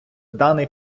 даний